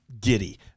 giddy